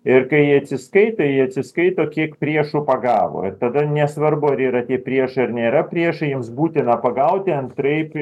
ir kai jie atsiskaitė jie atsiskaito kiek priešų pagavo ir tada nesvarbu ar yra tie priešai ar nėra priešai jiems būtina pagauti antraip